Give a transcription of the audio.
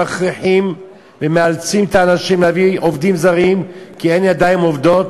מכריחים ומאלצים את האנשים להביא עובדים זרים כי אין ידיים עובדות,